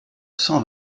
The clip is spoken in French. cent